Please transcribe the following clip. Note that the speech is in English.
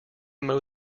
mow